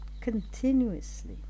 continuously